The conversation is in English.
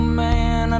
man